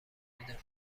میده